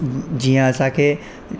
जीअं असांखे